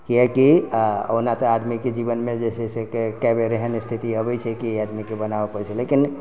किआकि ओना तऽ आदमीके जीवनमे जेछै से कतेक बेर एहन स्थिति अबै छै कि आदमीके बनाबऽ पड़ै छै लेकिन